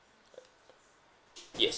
yes